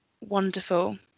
wonderful